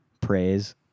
praise